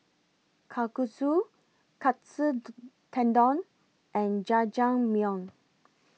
Kalguksu Katsu Tendon and Jajangmyeon